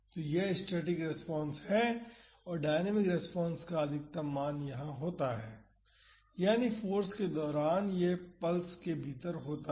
तो यह static response है डायनामिक रेस्पॉन का अधिकतम मान यहां होता है यानी फाॅर्स के दौरान यह पल्स के भीतर होता है